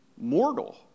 mortal